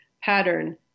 pattern